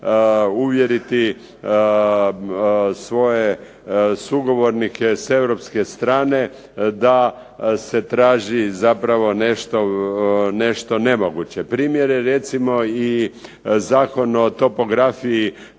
uvjeriti svoje sugovornike s europske strane da se traži zapravo nešto nemoguće. Primjer je recimo i Zakon o topografiji